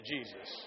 Jesus